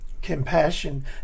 compassion